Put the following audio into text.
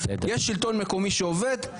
יש שלטון מקומי שעובד,